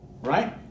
Right